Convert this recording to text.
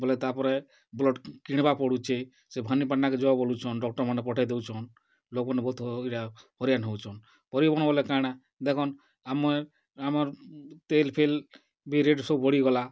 ବେଲେ ତା'ର୍ପରେ ବ୍ଲଡ଼୍ କିଣିବାକେ ପଡ଼ୁଛେ ସେ ଭବାନୀପାଟ୍ଣାକେ ଯଅ ବୋଲୁଛନ୍ ଡ଼କ୍ଟର୍ ମାନେ ପଠେଇ ଦେଉଛନ୍ ଲୋକ୍ମାନେ ବହୁତ୍ ହଇରାନ୍ ହେଉଛନ୍ ପରିବହନ ବେଲେ କା'ଣା ଦେଖନ୍ ଆମର୍ ଆମର୍ ତେଲ୍ ଫେଲ୍ ବି ରେଟ୍ ସବୁ ବଢ଼ିଗଲା